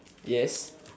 yes